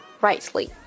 rightly